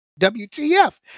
WTF